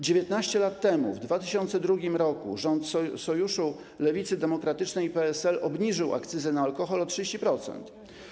19 lat temu, w 2002 r., rząd Sojuszu Lewicy Demokratycznej i PSL obniżył akcyzę na alkohol o 30%.